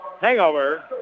hangover